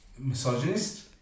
misogynist